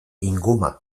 inguma